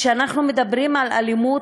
כשאנחנו מדברים על אלימות,